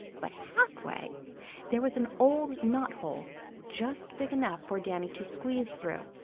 but halfway there was an old knot-hole just big enough for danny to squeeze through.